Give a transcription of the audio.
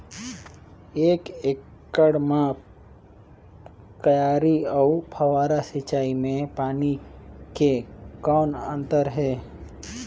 एक एकड़ म क्यारी अउ फव्वारा सिंचाई मे पानी के कौन अंतर हे?